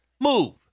Move